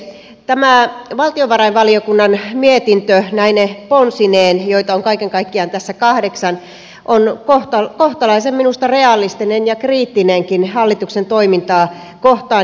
tämä valtiovarainvaliokunnan mietintö näine ponsineen joita on kaiken kaikkiaan tässä kahdeksan on minusta kohtalaisen realistinen ja kriittinenkin hallituksen toimintaa kohtaan